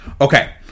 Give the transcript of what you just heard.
Okay